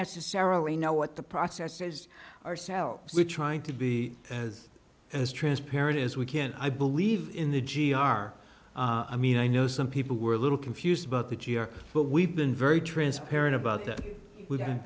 necessarily know what the process is ourselves we're trying to be as as transparent as we can i believe in the g r i mean i know some people were a little confused about that year but we've been very transparent about that w